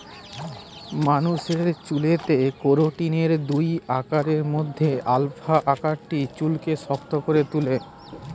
মানুষের চুলেতে কেরাটিনের দুই আকারের মধ্যে আলফা আকারটা চুলকে শক্ত করে তুলে